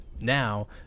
Now